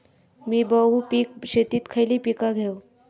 मी बहुपिक शेतीत खयली पीका घेव?